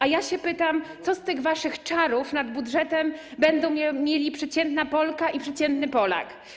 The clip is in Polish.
A ja pytam: Co z tych waszych czarów nad budżetem będą mieli przeciętna Polka i przeciętny Polak?